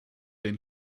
den